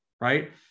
right